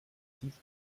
tief